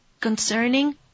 concerning